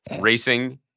racing